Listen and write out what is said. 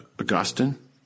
Augustine